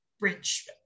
rich